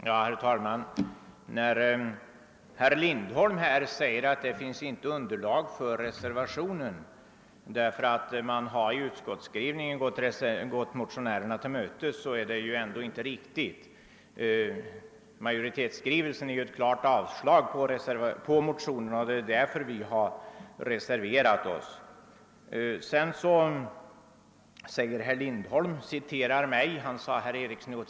Herr talman! Herr Lindholm sade att det inte finns underlag för reservationen, eftersom utskottet i sin skrivning har gått motionärerna till mötes. Det påståendet är inte riktigt. Majoritetsskrivningen innebär ett klart avstyrkande av motionerna, och det är anledningen till att vi har reserverat oss.